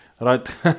Right